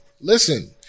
Listen